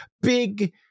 big